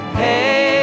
hey